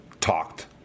talked